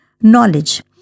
knowledge